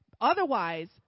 otherwise